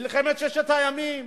מלחמת ששת הימים,